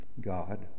God